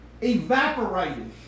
evaporated